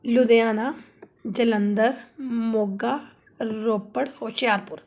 Ludhiana Jalandhar Moga Ropar Hoshiarpur